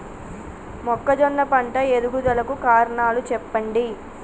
మొక్కజొన్న పంట ఎదుగుదల కు కారణాలు చెప్పండి?